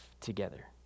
together